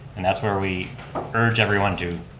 and that's where we urge everyone to,